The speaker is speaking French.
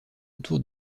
autour